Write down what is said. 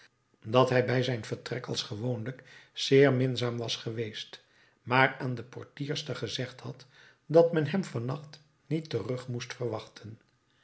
dat hij bij zijn vertrek als gewoonlijk zeer minzaam was geweest maar aan de portierster gezegd had dat men hem van nacht niet terug moest verwachten